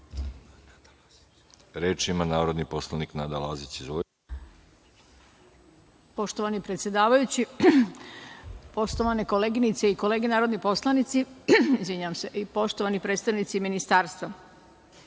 reč? Reč ima narodni poslanik Nada Lazić.